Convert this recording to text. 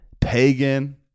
pagan